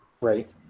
Right